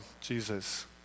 Jesus